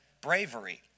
bravery